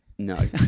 no